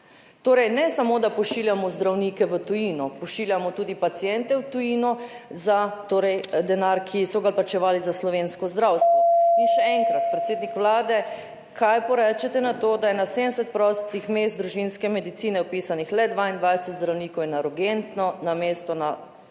Torej, ne samo, da pošiljamo zdravnike v tujino, pošiljamo tudi paciente v tujino za denar, ki so ga plačevali za slovensko zdravstvo. In še enkrat, predsednik Vlade: kaj porečete na to, da je na 70 prostih mest družinske medicine vpisanih le 22 zdravnikov in na urgentno namesto na